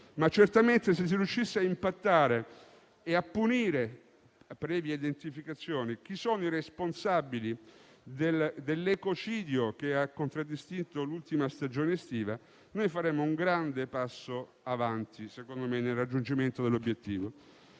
scala, ma se riuscissimo a impattare e punire, previa identificazione, i responsabili dell'ecocidio che ha contraddistinto l'ultima stagione estiva, faremmo un grande passo avanti nel raggiungimento dell'obiettivo.